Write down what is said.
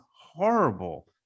horrible